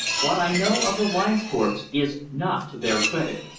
what i know of the leithcourts is not to their credit.